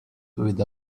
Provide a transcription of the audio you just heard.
with